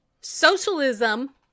socialism